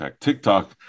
TikTok